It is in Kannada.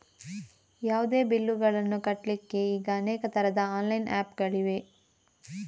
ಯಾವುದೇ ಬಿಲ್ಲುಗಳನ್ನು ಕಟ್ಲಿಕ್ಕೆ ಈಗ ಅನೇಕ ತರದ ಆನ್ಲೈನ್ ಆಪ್ ಗಳಿವೆ